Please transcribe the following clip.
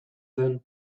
zen